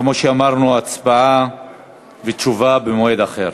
כמו שאמרנו, הצבעה ותשובה במועד אחר.